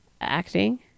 Acting